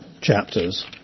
chapters